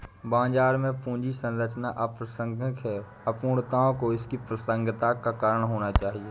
बाजार में पूंजी संरचना अप्रासंगिक है, अपूर्णताओं को इसकी प्रासंगिकता का कारण होना चाहिए